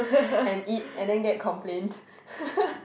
and eat and then get complained